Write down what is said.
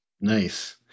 Nice